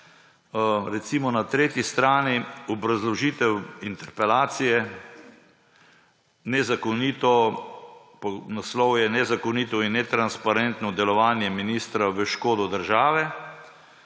recimo, na tretji strani obrazložitve interpelacije, naslov je Nezakonito in netransparentno delovanje ministra v škodo države.